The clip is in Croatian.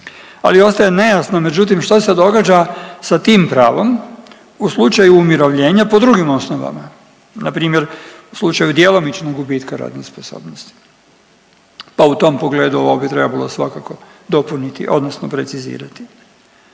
Ali ostaje nejasno međutim što se događa sa tim pravom u slučaju umirovljenja po drugim osnovama. Na primjer slučaju djelomičnog gubitka radne sposobnosti, pa u tom pogledu ovo bi trebalo svakako dopuniti, odnosno precizirati.